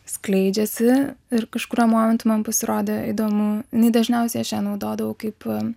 skleidžiasi ir kažkuriuo momentu man pasirodė įdomu na dažniausiai aš ją naudodavau kaip